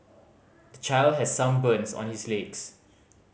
the child has some burns on his legs